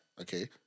okay